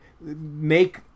make